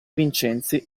vincenzi